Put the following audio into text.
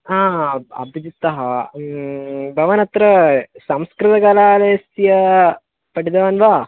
हा अभिजितः भवानत्र संस्कृतकलालयस्य पठितवान् वा